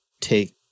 take